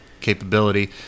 capability